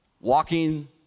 walking